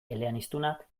eleaniztunak